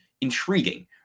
intriguing